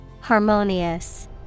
Harmonious